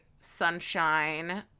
sunshine